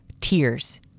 tears